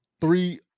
three